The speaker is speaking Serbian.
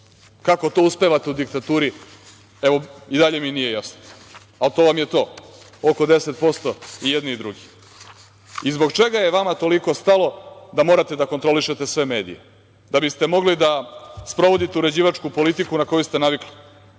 to uspevate u diktaturi, i dalje mi nije jasno, ali to vam je to, oko 10% i jedni i drugi. Zbog čega je vama toliko stalo da morate da kontrolišete sve medije? Da biste mogli da sprovodite uređivačku politiku na koju ste navikli.